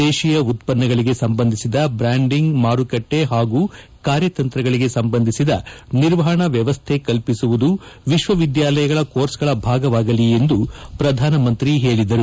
ದೇತೀಯ ಉತ್ತನ್ನಗಳಿಗೆ ಸಂಬಂಧಿಸಿದ ಬ್ರಾಂಡಿಂಗ್ ಮಾರುಕಟ್ಲಿ ಪಾಗೂ ಕಾರ್ಯತಂತ್ರಗಳಿಗೆ ಸಂಬಂಧಿಸಿದ ನಿರ್ವಹಣಾ ವ್ವವಶ್ಥೆ ಕಲ್ಲಿಸುವುದು ವಿಶ್ವವಿದ್ಯಾಲಯಗಳ ಕೋರ್ಸ್ಗಳ ಭಾಗವಾಗಲಿ ಎಂದು ಪ್ರಧಾನಮಂತ್ರಿ ಹೇಳಿದರು